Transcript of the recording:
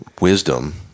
wisdom